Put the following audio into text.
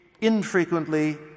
infrequently